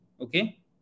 Okay